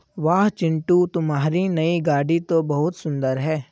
वाह चिंटू तुम्हारी नई गाड़ी तो बहुत सुंदर है